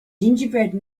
gingerbread